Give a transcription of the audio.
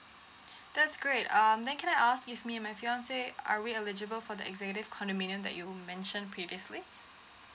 that's great um then can I ask if me and my fiancé are we eligible for the executive condominium that you mentioned previously